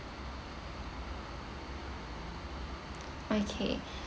okay